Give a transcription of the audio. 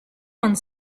one